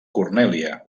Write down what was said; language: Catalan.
cornèlia